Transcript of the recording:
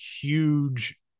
huge